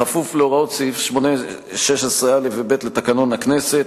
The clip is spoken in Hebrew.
בכפוף להוראות סעיף 16(א) ו-(ב) לתקנון הכנסת,